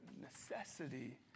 necessity